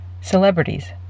Celebrities